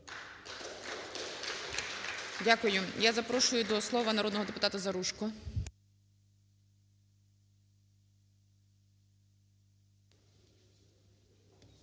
Дякую. Я запрошую до слова народного депутата… Запрошую